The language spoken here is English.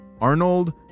Arnold